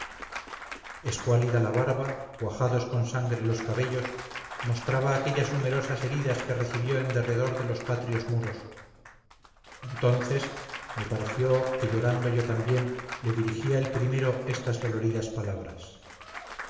dánaos escuálida la barba cuajados con sangre los cabellos mostraba aquellas numerosas heridas que recibió en derredor de los patrios muros entonces me pareció que llorando yo también le dirigía el primero estas doloridas palabras